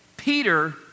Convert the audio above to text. Peter